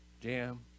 jam